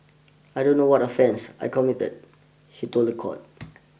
I don't know what offence I committed he told the court